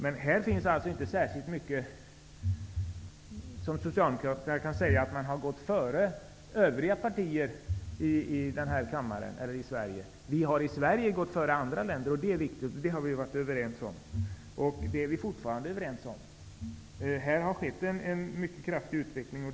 Men Socialdemokraterna kan inte säga att de har gått före övriga partier här i kammaren i särskilt många sammanhang. Vi i Sverige har gått före andra länder. Det är viktigt, och det har vi varit överens om och är fortfarande överens om. Det har skett en mycket kraftig utveckling.